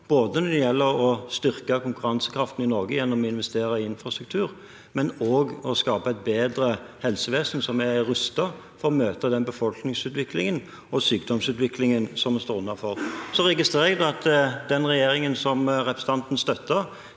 både når det gjelder å styrke konkurransekraften i Norge gjennom å investere i infrastruktur, og også når det gjelder å skape et bedre helsevesen som er rustet for å møte den befolkningsutviklingen og sykdomsutviklingen som vi står overfor. Så registrerer jeg at den regjeringen som representanten støtter,